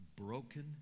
broken